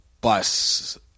bus